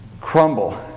crumble